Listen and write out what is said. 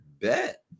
Bet